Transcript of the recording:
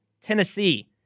Tennessee